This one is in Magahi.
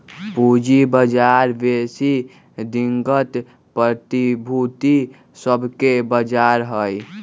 पूजी बजार बेशी दिनगत प्रतिभूति सभके बजार हइ